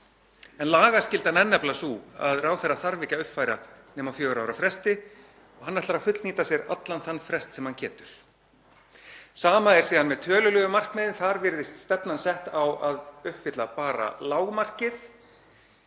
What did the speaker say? en lagaskyldan er nefnilega sú að ráðherra þarf ekki að uppfæra nema á fjögurra ára fresti og hann ætlar að fullnýta sér allan þann frest sem hann getur. Sama er síðan með tölulegu markmiðin, þar virðist stefnan sett á að uppfylla bara lágmarkið.